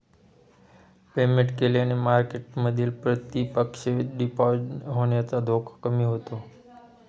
payment केल्याने मार्केटमधील प्रतिपक्ष डिफॉल्ट होण्याचा धोका कमी होतो